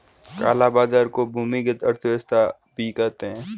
काला बाजार को भूमिगत अर्थव्यवस्था भी कहते हैं